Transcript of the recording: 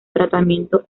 tratamiento